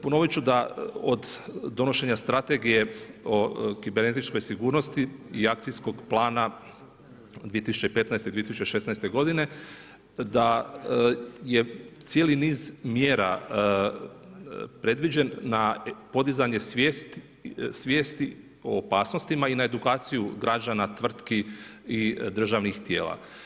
Ponoviti ću da od donošenja strategija o kibernetičkoj sigurnosti i Akcijskog plana 2015.-2016. godine da je cijeli niz mjera predviđen na podizanje svijesti o opasnostima i na edukaciju građana, tvrtki i državnih tijela.